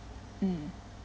mm